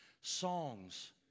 songs